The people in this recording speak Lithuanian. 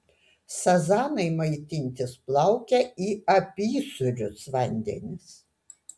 sazanai maitintis plaukia į apysūrius vandenis